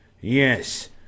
Yes